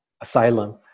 asylum